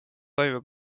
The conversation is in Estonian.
toime